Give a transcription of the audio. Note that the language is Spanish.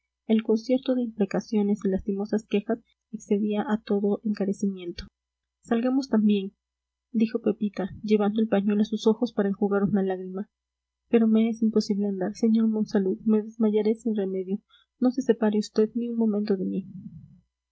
el concierto de imprecaciones y lastimosas quejas excedía a todo encarecimiento salgamos también dijo pepita llevando el pañuelo a sus ojos para enjugar una lágrima pero me es imposible andar sr monsalud me desmayaré sin remedio no se separe vd ni un momento de mí